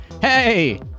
Hey